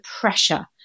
pressure